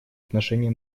отношении